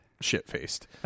shit-faced